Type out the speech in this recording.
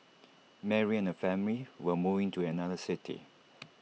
Mary and her family were moving to another city